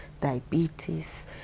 diabetes